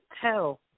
tell